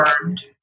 burned